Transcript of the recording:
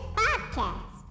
podcast